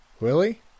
Willie